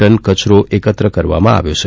ton કચરો એકત્ર કરવામાં આવ્યો છે